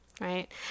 Right